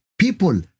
People